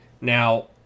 Now